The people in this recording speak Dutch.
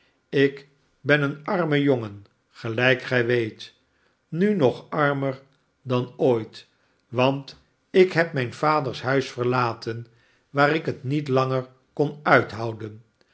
ik ben een arme jongen gelijk gij weet nu nog armer dan ooit want ik heb mijn vaders huis verlaten waar ik het niet langer kon uithouden